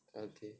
okay